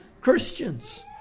Christians